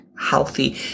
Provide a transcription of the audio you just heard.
healthy